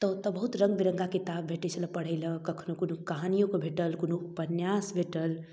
तऽ ओतऽ बहुत रङ्ग बिरङ्गा किताब भेटय छलऽ पढ़य लअ कखनो कोनो कहानियोके भेटल कोनो उपन्यास भेटल